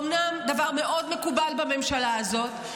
אומנם זה דבר מאוד מקובל בממשלה הזאת,